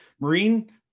Marine